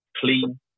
clean